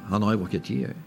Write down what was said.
anoj vokietijoj